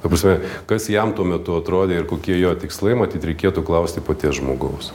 ta prasme kas jam tuo metu atrodė ir kokie jo tikslai matyt reikėtų klausti paties žmogaus